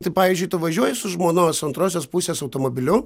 tai pavyzdžiui tu važiuoji su žmonos antrosios pusės automobiliu